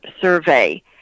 survey